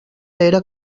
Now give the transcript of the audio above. era